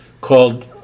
called